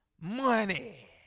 money